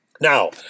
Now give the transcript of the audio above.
Now